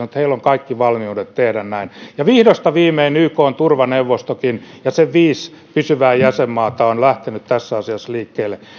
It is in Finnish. että heillä on kaikki valmiudet tehdä näin ja vihdosta viimein ykn turvaneuvostokin ja sen viisi pysyvää jäsenmaata ovat lähteneet tässä asiassa liikkeelle